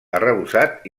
arrebossat